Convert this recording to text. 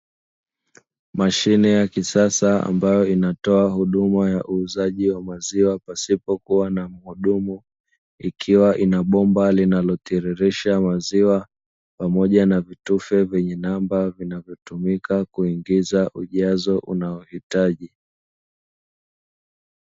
Mashine ya kisasa ambayo inatoa huduma ya uuzaji wa maziwa pasipokua na muhudumu, ikiwa ina bomba linalo tiririsha maziwa pamoja na vitufe vyenye namba, vinavyotumika kuingiza ujazo unaohitaji.